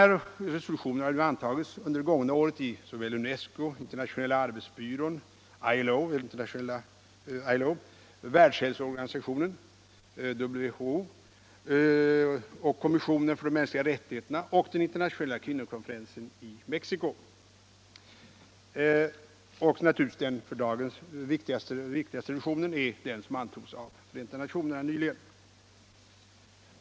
Sådana resolutioner har antagits under det gångna året av UNESCO, av Internationella arbetsbyrån, ILO, av Världshälsoorganisationen, WHO, av kommissionen för de mänskliga rättigheterna och av den internationella kvinnokonferensen i Mexico. Den för dagen viktigaste resolutionen är naturligtvis den som nyligen antogs av Förenta nationerna.